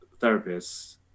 therapists